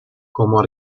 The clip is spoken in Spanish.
como